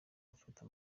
gufata